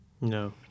No